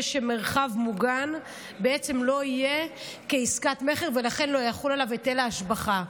שמרחב מוגן בעצם לא יהיה כעסקת מכר ולכן לא יחול עליו היטל ההשבחה.